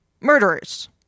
murderers